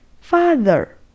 father